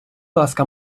ласка